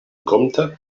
compte